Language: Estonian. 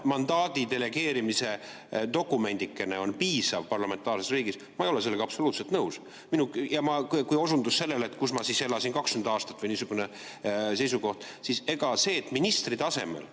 mandaadi delegeerimise dokumendikesest piisab parlamentaarses riigis – ma ei ole sellega absoluutselt nõus. Ja osundus sellele, et kus ma siis elasin 20 aastat, [kui] mul niisugune seisukoht [on]. Seda, et ministri tasemel